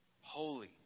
Holy